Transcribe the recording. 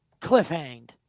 Cliffhanged